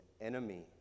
enemy